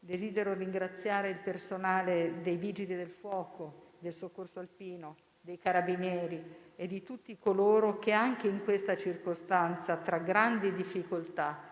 desidero ringraziare il personale dei Vigili del fuoco, del Soccorso alpino, dei Carabinieri e di tutti coloro che anche in questa circostanza, tra grandi difficoltà,